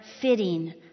fitting